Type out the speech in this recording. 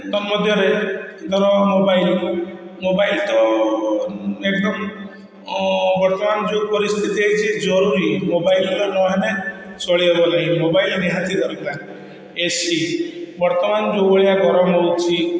ତନ୍ ମଧ୍ୟରେ ଧର mobile mobile ତ ନେଟୱର୍କ ବର୍ତ୍ତମାନ ଯେଉଁ ପରିସ୍ଥିତି ହେଇଛି ଜରୁରୀ ମୋବାଇଲଟା ନ ହେନେ ଚଳି ହବ ନାହିଁ ମୋବାଇଲ ନିହାତି ଦରକାର ଏ ସି ବର୍ତ୍ତମାନ ଯେଉଁ ଭଳିଆ ଗରମ ହଉଛି